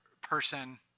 person